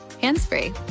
hands-free